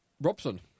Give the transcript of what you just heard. Robson